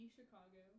Chicago